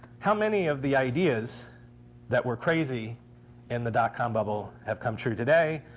how many of the ideas that were crazy in the dot-com bubble have come true today?